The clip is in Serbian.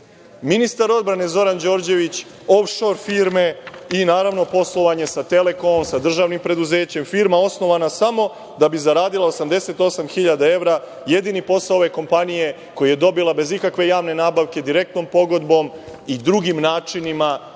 ministar odbrane Zoran Đorđević of-šor firme i poslovanje sa „Telekomom“, sa državnim preduzećem. Firma je osnovana samo da bi zaradila 88.000 evra. Jedini posao ove kompanije koji je dobila bez ikakve javne nabavke, direktnom pogodbom i drugim načinima,